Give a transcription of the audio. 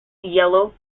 yellow